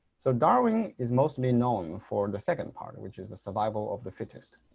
so darwin is mostly known for the second part which is a survival of the fittest.